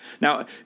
Now